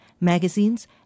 magazines